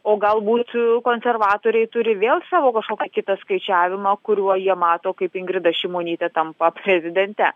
o galbūt konservatoriai turi vėl savo kažkokį kitą skaičiavimą kuriuo jie mato kaip ingrida šimonytė tampa prezidente